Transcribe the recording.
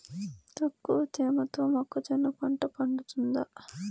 తక్కువ తేమతో మొక్కజొన్న పంట పండుతుందా?